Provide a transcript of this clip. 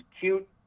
cute